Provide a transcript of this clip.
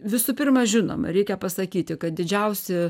visų pirma žinoma reikia pasakyti kad didžiausi